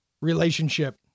relationship